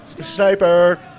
Sniper